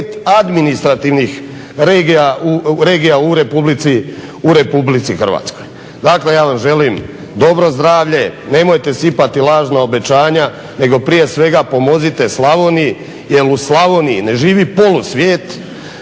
administrativnih regija u Republici Hrvatskoj. Dakle, ja vam želim dobro zdravlje, nemojte sipati lažna obećanja nego prije svega pomozite Slavoniji, jer u Slavoniji ne živi polusvijet,